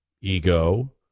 ego